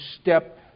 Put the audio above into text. step